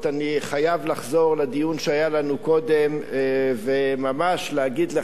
אני חייב לחזור לדיון שהיה לנו קודם ולהגיד לך,